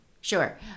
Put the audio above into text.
Sure